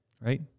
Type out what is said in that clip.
Right